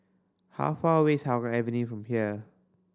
how far away is Hougang Avenue from here